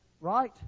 Right